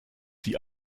sie